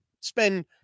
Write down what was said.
spend